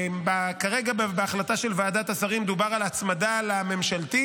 כרגע בהחלטה של ועדת השרים דובר על הצמדה לממשלתי.